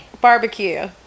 barbecue